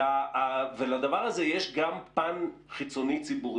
לדבר הזה יש גם פן חיצוני-ציבורי,